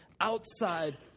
outside